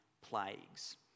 plagues